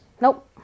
Nope